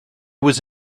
was